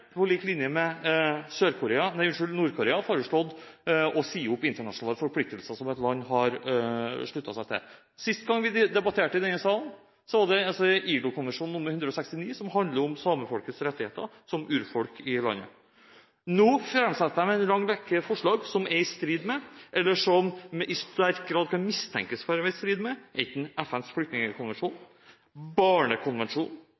på lik linje med Nord-Korea – foreslått å si opp internasjonale forpliktelser som et land har sluttet seg til. Sist gang vi debatterte dette i denne salen, var det ILO-konvensjon nr. 169 om samefolkets rettigheter som urfolk i landet det dreide seg om. Nå framsetter de en lang rekke forslag som er i strid med, eller som i sterk grad kan mistenkes for å være i strid med FNs